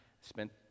spent